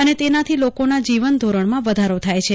અને તેનાથી લોકોના જીવન ધોરણમાં વધારો થાય છે